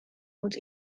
moet